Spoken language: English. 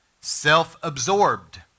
self-absorbed